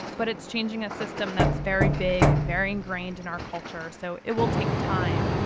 but it's changing a system that's very big and very ingrained in our culture so it will take time.